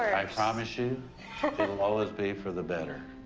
i promise you it'll always be for the better.